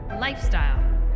lifestyle